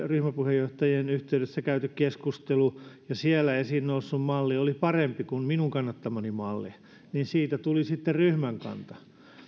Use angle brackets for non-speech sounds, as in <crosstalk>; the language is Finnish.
<unintelligible> ryhmäpuheenjohtajien yhteydessä käyty keskustelu ja siellä esiin noussut malli oli parempi kuin minun kannattamani malli joten siitä tuli sitten ryhmän kanta